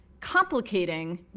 complicating